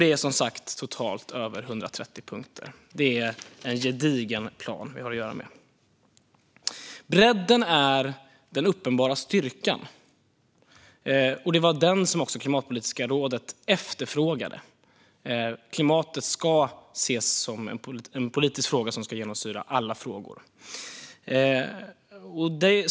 Det är, som sagt, totalt över 130 punkter. Det är en gedigen plan vi har att göra med. Bredden är den uppenbara styrkan. Det var den som också Klimatpolitiska rådet efterfrågade. Klimatet ska ses som en politisk fråga som ska genomsyra alla frågor.